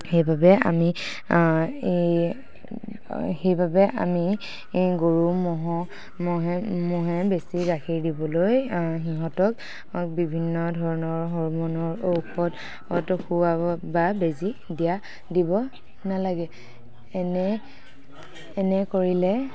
সেইবাবে আমি গৰু ম'হক বেছি গাখীৰ দিবলৈ সিহঁতক বিভিন্ন ধৰণৰ হৰ্মণৰ ঔষধ খোৱাব বা বেজী দিব নালাগে এনে কৰিলে